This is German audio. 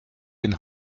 den